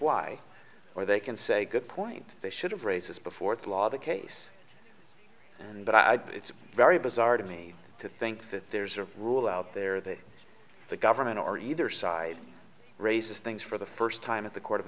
why or they can say good point they should have races before the law the case and but i it's very bizarre to me to think that there's a rule out there that the government or either side raises things for the first time at the court of